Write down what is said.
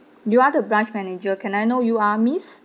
you are the branch manager can I know you are miss